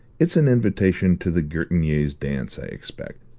it's an invitation to the gertignes' dance, i expect.